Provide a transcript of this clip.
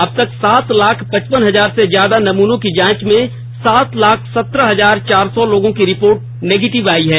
अबतक सात लाख पचपन हजार से ज्यादा नमूनों की जांच में सात लाख सत्रह हजार चार सौ लोगों की रिपोर्ट निगेटिव आई है